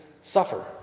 suffer